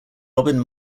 robin